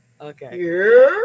Okay